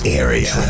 area